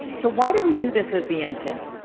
so why do we do this as the end sale?